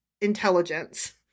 intelligence